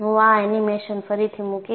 હું આ એનિમેશન ફરીથી મૂકીશ